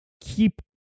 keep